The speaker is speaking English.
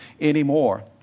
anymore